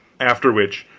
after which,